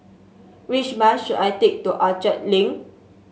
which bus should I take to Orchard Link